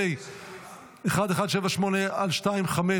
פ/1178/25,